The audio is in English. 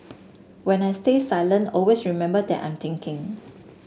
when I stay silent always remember that I'm thinking